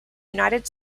united